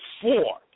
four